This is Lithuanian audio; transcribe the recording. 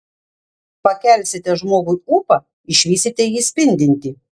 pakelsite žmogui ūpą išvysite jį spindintį